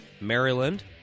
Maryland